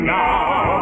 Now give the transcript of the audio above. now